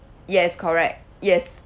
yes correct yes